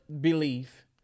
belief